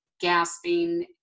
gasping